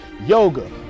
yoga